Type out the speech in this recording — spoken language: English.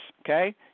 okay